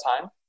time